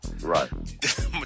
Right